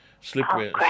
Slippery